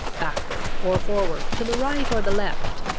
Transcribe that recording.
backward or forward, to the right or the left,